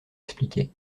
expliquais